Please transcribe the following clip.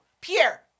Pierre